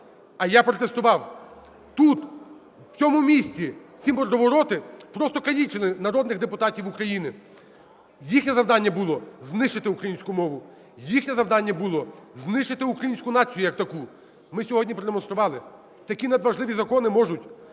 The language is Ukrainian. а я протестував, тут, в цьому місці ці мордовороти просто калічили народних депутатів України. Їхнє завдання було – знищити українську мову. Їхнє завдання було – знищити українську націю як таку. Ми сьогодні продемонстрували, такі надважливі закони можуть